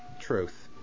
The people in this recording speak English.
truth